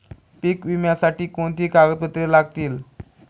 पीक विम्यासाठी कोणती कागदपत्रे लागतील?